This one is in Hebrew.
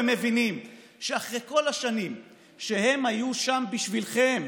והם מבינים שאחרי כל השנים שהם היו שם בשבילכם,